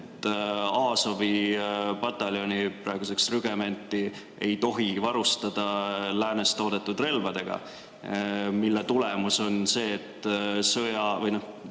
et Azovi pataljoni, praeguseks rügementi, ei tohi varustada Läänes toodetud relvadega. Selle [tagajärg] on see, et sõja või